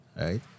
right